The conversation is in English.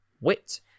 wit